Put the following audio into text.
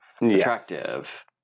attractive